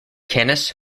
canis